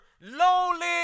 lonely